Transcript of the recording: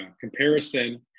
comparison